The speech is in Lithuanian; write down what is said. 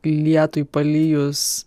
lietui palijus